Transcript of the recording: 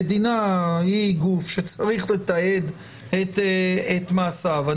המדינה היא גוף שצריך לתעד את מעשיו.